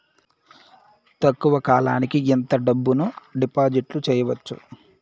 తక్కువ కాలానికి ఎంత డబ్బును డిపాజిట్లు చేయొచ్చు?